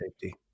safety